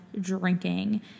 drinking